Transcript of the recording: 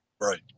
right